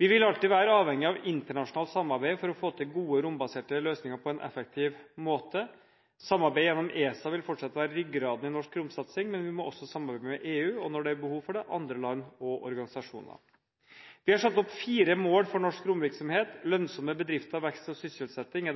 Vi vil alltid være avhengig av internasjonalt samarbeid for å få til gode rombaserte løsninger på en effektiv måte. Samarbeid gjennom ESA vil fortsette å være ryggraden i norsk romsatsing, men vi må også samarbeide med EU, og – når det er behov for det – andre land og organisasjoner. Vi har satt opp fire mål for norsk romvirksomhet: lønnsomme bedrifter, vekst og sysselsetting